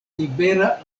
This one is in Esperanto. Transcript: libera